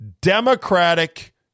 democratic